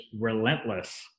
relentless